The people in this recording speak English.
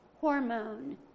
hormone